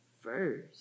first